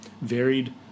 varied